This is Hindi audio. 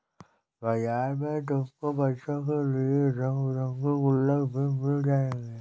बाजार में तुमको बच्चों के लिए रंग बिरंगे गुल्लक भी मिल जाएंगे